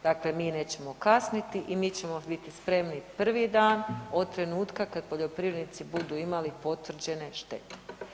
Dakle, mi nećemo kasniti i mi ćemo biti spremni prvi dan od trenutka kad poljoprivrednici budu imali potvrđene štete.